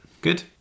good